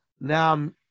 now